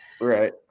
right